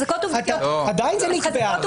עדיין זה נקבעה.